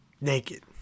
naked